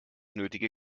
nötige